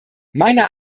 meiner